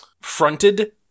fronted